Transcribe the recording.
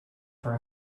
for